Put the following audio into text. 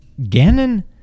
ganon